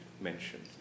mentioned